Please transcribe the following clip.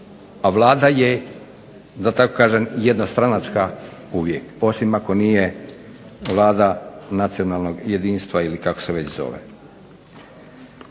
A Vlada je da tako kažem jednostranačka uvijek osim ako nije Vlada nacionalnog jedinstva ili kako se već zove.